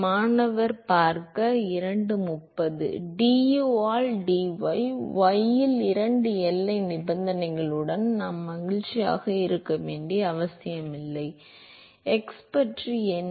மாணவர் du ஆல் dy y இல் இரண்டு எல்லை நிபந்தனைகளுடன் நாம் மகிழ்ச்சியாக இருக்க வேண்டிய அவசியமில்லை x பற்றி என்ன